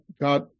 God